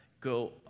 go